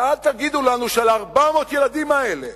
ואל תגידו לנו שעל 400 הילדים האלה